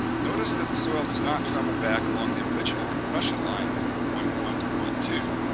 notice that the soil does not travel back along the original compression line from point one to point two.